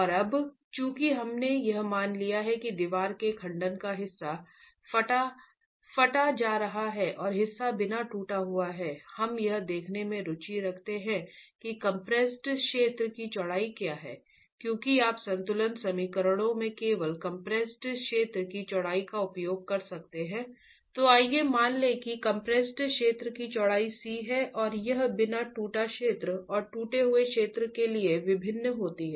और अब चूंकि हमने यह मान लिया है कि दीवार के खंड का हिस्सा फटा जा रहा है और हिस्सा बिना टूटा हुआ है हम यह देखने में रुचि रखते हैं कि कंप्रेस्ड क्षेत्र की चौड़ाई क्या है क्योंकि आप संतुलन समीकरणों में केवल कंप्रेस्ड क्षेत्र की चौड़ाई का उपयोग कर सकते हैं तो आइए मान लें कि कंप्रेस्ड क्षेत्र की चौड़ाई c है और यह बिना टूटे क्षेत्र और टूटे हुए क्षेत्र के लिए भिन्न होती है